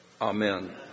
Amen